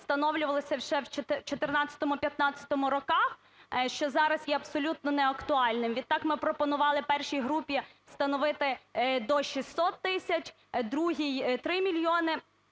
встановлювалися ще в 14-15-му роках, що зараз є абсолютно не актуальним. Відтак, ми пропонували першій групі встановити до 600 тисяч, другій – 3 мільйони,